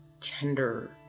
tender